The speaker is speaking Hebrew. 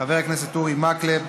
חבר הכנסת אורי מקלב,